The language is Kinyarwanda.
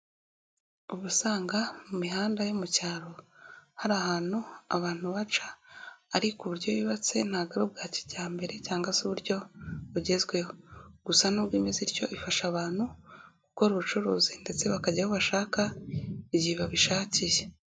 Uba usanga mu mihanda yo mu cyaro, hari ahantu abantu baca ariko uburyo yubatse ntabwo bwa kijyambere cyangwa se uburyo bugezweho, gusa n'ubwo imeze ityo ifasha abantu gukora ubucuruzi, ndetse bakajya aho bashaka igihe babishakiye.